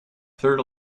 third